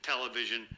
television